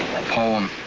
poem.